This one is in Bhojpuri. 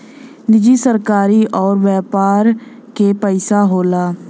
निजी सरकारी अउर व्यापार के पइसा होला